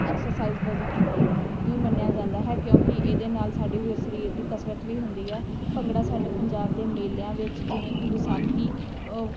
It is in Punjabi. ਐਕਸਰਸਾਈਜ ਵਜੋਂ ਵੀ ਮੰਨਿਆ ਜਾਂਦਾ ਹੈ ਕਿਉਂਕਿ ਇਹਦੇ ਨਾਲ ਸਾਡੀ ਸਰੀਰ ਦੀ ਕਸਰਤ ਵੀ ਹੁੰਦੀ ਆ ਭੰਗੜਾ ਸਾਡੇ ਪੰਜਾਬ ਦੇ ਮੇਲਿਆਂ ਵਿੱਚ ਜਿਵੇਂ ਕਿ ਵਿਸਾਖੀ